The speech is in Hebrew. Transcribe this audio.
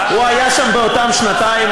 הוא היה שם באותן שנתיים,